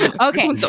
Okay